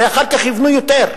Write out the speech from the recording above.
הרי אחר כך יבנו יותר.